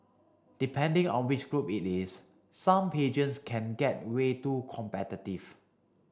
depending on which group it is some pageants can get way too competitive